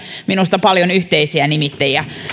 minusta myös paljon yhteisiä nimittäjiä